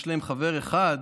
יש להם חבר אחד,